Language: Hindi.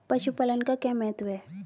पशुपालन का क्या महत्व है?